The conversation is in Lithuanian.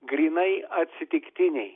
grynai atsitiktiniai